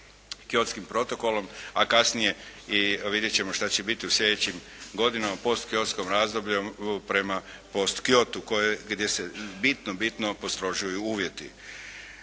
Kyotskim protokolom, a kasnije i vidjet ćemo što će biti u sljedećim godinama, postkyotskom razdoblju prema post Kyotu, gdje se bitno, bitno postrožuju uvjeti.